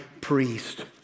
priest